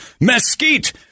mesquite